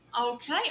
Okay